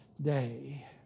day